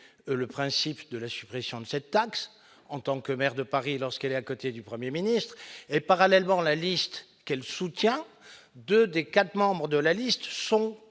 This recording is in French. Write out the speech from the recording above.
le principe de la suppression de cette taxe, en tant que maire de Paris, lorsqu'elle est à côté du 1er ministre et parallèlement la liste qu'elle soutient, 2 des 4 membres de la liste sont